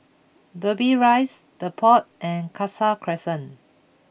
Dobbie Rise the Pod and Khalsa Crescent